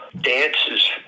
dances